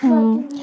হুম